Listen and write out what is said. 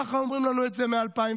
ככה אומרים לנו את זה מ-2001.